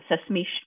sesame